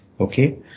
Okay